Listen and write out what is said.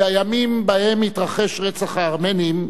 בימים שבהם התרחש רצח הארמנים,